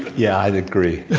yeah. i'd agree.